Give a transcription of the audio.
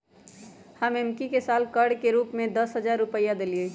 हम एम्की के साल कर के रूप में दस हज़ार रुपइया देलियइ